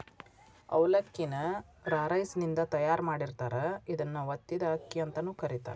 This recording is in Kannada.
ಅವಲಕ್ಕಿ ನ ರಾ ರೈಸಿನಿಂದ ತಯಾರ್ ಮಾಡಿರ್ತಾರ, ಇದನ್ನ ಒತ್ತಿದ ಅಕ್ಕಿ ಅಂತಾನೂ ಕರೇತಾರ